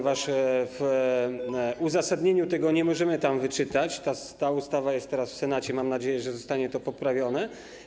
W uzasadnieniu nie możemy tego wyczytać, ta ustawa jest teraz w Senacie, ale mam nadzieję, że zostanie to poprawione.